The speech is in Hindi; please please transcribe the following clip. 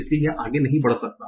इसलिए यह आगे नहीं बढ़ सकता